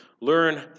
learn